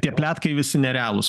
tie pletkai visi nerealūs